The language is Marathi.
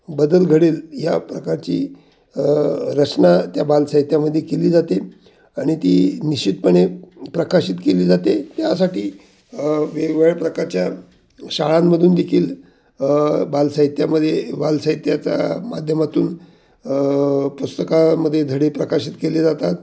बदल घडेल या प्रकारची रचना त्या बाल साहित्यामध्ये केली जाते आणि ती निश्चितपणे प्रकाशित केली जाते त्यासाठी वेगवेगळ्या प्रकारच्या शाळांमधून देखील बाल साहित्यामध्ये बाल साहित्याच्या माध्यमातून पुस्तकामध्ये धडे प्रकाशित केले जातात